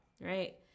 right